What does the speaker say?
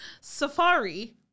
Safari